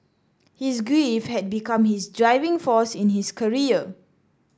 his grief had become his driving force in his career